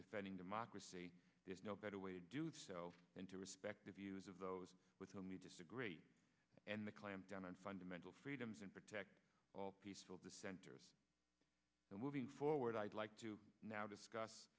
defending democracy is no better way to do so and to respect the views of those with whom you disagree and the clampdown on fundamental freedoms and protect all peaceful dissenters and moving forward i'd like to now discuss